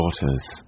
daughters